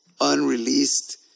unreleased